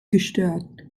gestört